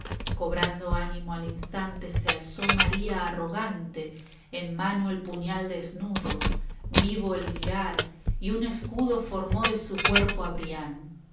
cobrando ánimo al instante se alzó maría arrogante en mano el puñal desnudo vivo el mirar y un escudo formó de su cuerpo